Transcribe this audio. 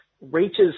reaches